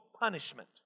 punishment